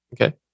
Okay